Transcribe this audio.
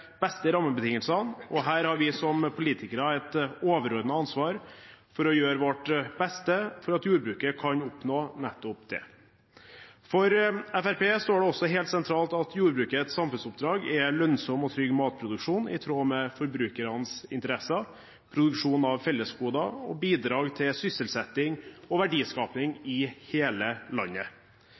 beste rammebetingelsene, og her har vi som politikere et overordnet ansvar for å gjøre vårt beste for at jordbruket kan oppnå nettopp det. For Fremskrittspartiet står det også helt sentralt at jordbrukets samfunnsoppdrag er lønnsom og trygg matproduksjon i tråd med forbrukernes interesser, produksjon av fellesgoder og bidrag til sysselsetting og verdiskaping i hele landet.